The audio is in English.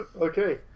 Okay